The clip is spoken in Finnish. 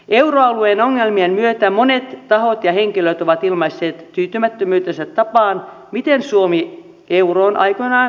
euroalueen ongelmien myötä monet tahot ja henkilöt ovat ilmaisseet tyytymättömyytensä tapaan miten suomi euroon aikoinaan liittyi